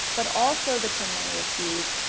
but also the criminally accused,